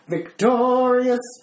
Victorious